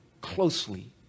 closely